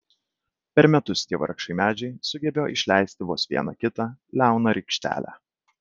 per metus tie vargšai medžiai sugebėjo išleisti vos vieną kitą liauną rykštelę